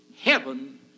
Heaven